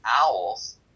Owls